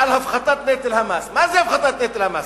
על הפחתת נטל המס, מה זה הפחתת נטל המס?